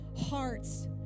hearts